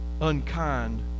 unkind